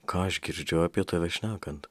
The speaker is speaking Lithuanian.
ką aš girdžiu apie tave šnekant